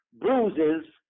bruises